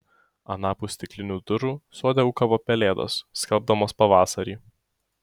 anapus stiklinių durų sode ūkavo pelėdos skelbdamos pavasarį